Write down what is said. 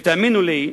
ותאמינו לי,